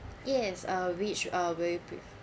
yes uh which uh will